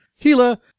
Gila